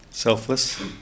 selfless